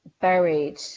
buried